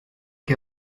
que